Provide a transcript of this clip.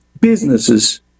businesses